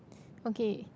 okay